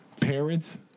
parents